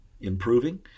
improving